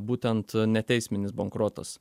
būtent neteisminis bankrotas